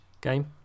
game